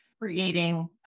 creating